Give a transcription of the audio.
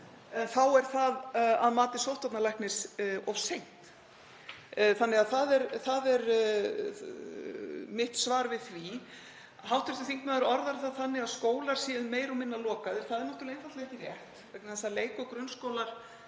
þá er það að mati sóttvarnalæknis of seint, þannig að það er mitt svar við því. Hv. þingmaður orðar það þannig að skólar séu meira og minna lokaðir, en það er einfaldlega ekki rétt vegna þess að leik- og grunnskólar